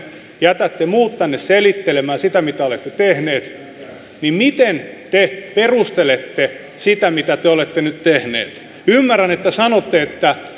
jätätte muut tänne selittelemään sitä mitä olette tehneet niin miten te perustelette sitä mitä te olette nyt tehneet ymmärrän että sanotte että